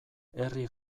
herri